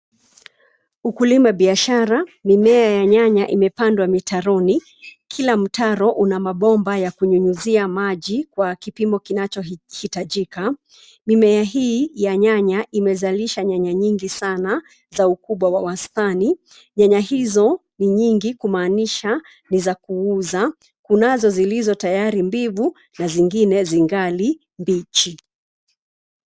Ukulima biashara, mimea ya nyanya imepandwa mitaroni, kila mtaro una mabomba ya kunyunyizia maji, kwa kipimo kinachohitajika, mimea hii, ya nyanya imezalisha nyanya nyingi sana, za ukubwa wa wastani, nyanya hizo, ni nyingi kumaanisha, ni za kuuza, kunazo zilizotayari mbivu, na zingine zingali mbichi.